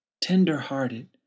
tenderhearted